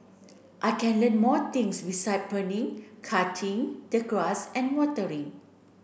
I can learn more things beside pruning cutting the grass and watering